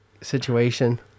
situation